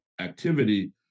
activity